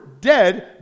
dead